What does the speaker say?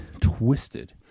twisted